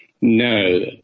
No